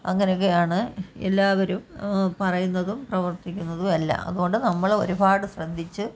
അങ്ങനെയൊക്കെയാണ് എല്ലാവരും പറയുന്നതും പ്രവർത്തിക്കുന്നതുമെല്ലാം അതു കൊണ്ടു നമ്മൾ ഒരുപാട് ശ്രദ്ധിച്ചു